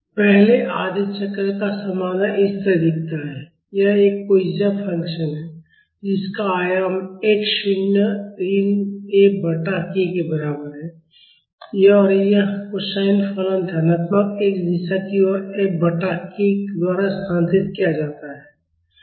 पहले आधे चक्र का समाधान इस तरह दिखता है यह एक कोज्या फलन है जिसका आयाम x शून्य ऋण F बटा k के बराबर है और यह कोसाइन फलन धनात्मक x दिशा की ओर F बटा k द्वारा स्थानांतरित किया जाता है